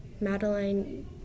Madeline